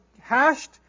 hashed